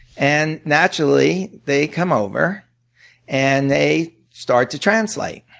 and naturally, they come over and they start to translate.